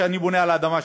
כשאני בונה על האדמה שלי,